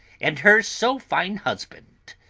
and her so fine husband?